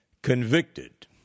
Convicted